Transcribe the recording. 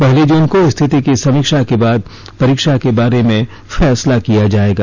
पहली जून को स्थिति की समीक्षा के बाद परीक्षा के बारे में फैसला किया जायेगा